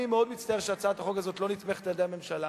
אני מאוד מצטער שהצעת החוק הזאת לא נתמכת על-ידי הממשלה,